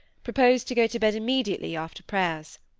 proposed to go to bed immediately after prayers.